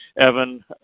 Evan